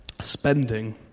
spending